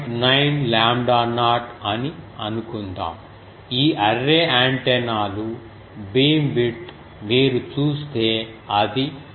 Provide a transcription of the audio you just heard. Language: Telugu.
9 లాంబ్డా నాట్ అని అనుకుందాం ఈ అర్రే యాంటెనాలు బీమ్విడ్త్ మీరు చూస్తే అది 0